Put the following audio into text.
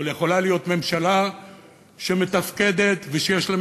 אבל יכולה להיות ממשלה מתפקדת שיש לה גם